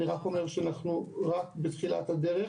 אני רק אומר שאנחנו בתחילת הדרך